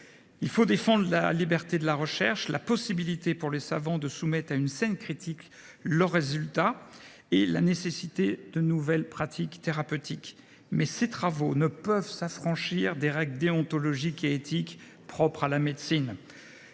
Il faut défendre la liberté de la recherche, la possibilité pour les savants de soumettre à une saine critique leurs résultats et ceux de leurs collègues, ainsi que la nécessité de nouvelles pratiques thérapeutiques. Mais ces travaux ne peuvent s’affranchir des règles déontologiques et éthiques propres à la médecine.